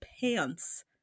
pants